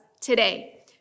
today